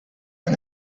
and